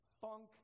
funk